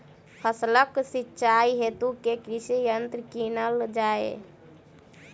फसलक सिंचाई हेतु केँ कृषि यंत्र कीनल जाए?